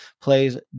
plays